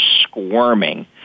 squirming